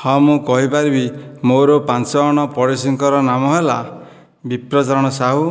ହଁ ମୁଁ କହିପାରିବି ମୋର ପାଞ୍ଚଜଣ ପରିଚିତଙ୍କର ନାମ ହେଲା ବିପ୍ରଚରଣ ସାହୁ